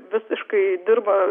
visiškai dirba